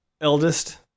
eldest